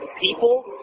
people